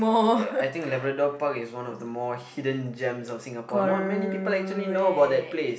I think Labrador-Park is one of the more hidden gems of Singapore not many people actually know about that place